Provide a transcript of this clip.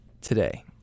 today